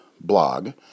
blog